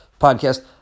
podcast